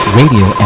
radio